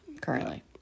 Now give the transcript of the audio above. Currently